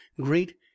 great